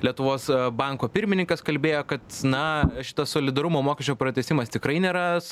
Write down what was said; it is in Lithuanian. lietuvos banko pirmininkas kalbėjo kad na šitas solidarumo mokesčio pratęsimas tikrai nėra